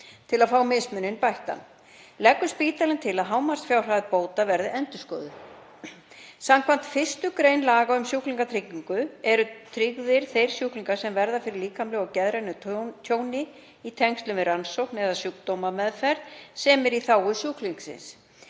til að fá mismuninn bættan. Leggur spítalinn til að hámarksfjárhæð bóta verði endurskoðuð. Samkvæmt 1. gr. laga um sjúklingatryggingu eru tryggðir þeir sjúklingar sem verða fyrir líkamlegu og geðrænu tjóni í tengslum við rannsókn eða sjúkdómsmeðferð sem er í þágu sjúklingsins.